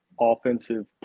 offensive